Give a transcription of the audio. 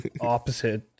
Opposite